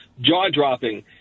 jaw-dropping